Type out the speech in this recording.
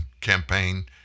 campaign